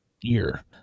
year